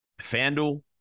FanDuel